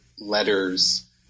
letters